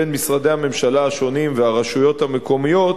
בין משרדי הממשלה השונים והרשויות המקומיות,